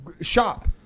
shop